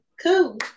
Cool